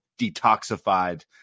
detoxified